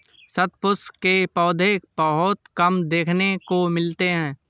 शतपुष्प के पौधे बहुत कम देखने को मिलते हैं